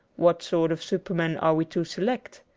what sort of superman are we to select?